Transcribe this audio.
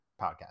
podcast